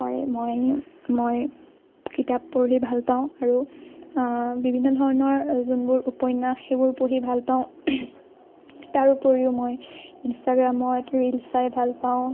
হয় মই মই কিতাপ পঢ়ি ভাল পাওঁ আৰু বিভিন্ন ধৰণৰ যোনবোৰ উপন্যাস সেইবোৰ পঢ়ি ভাল পাওঁ তাৰ উপৰিও মই ইঞ্চটাগ্ৰামত ৰীল চাই ভাল পাওঁ